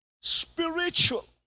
spiritual